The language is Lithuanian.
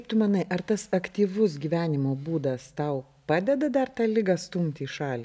tu manai ar tas aktyvus gyvenimo būdas tau padeda dar tą ligą stumti į šalį